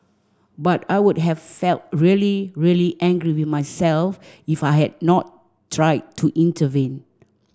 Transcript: but I would have felt really really angry with myself if I had not tried to intervene